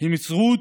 הם זכות